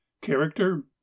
Character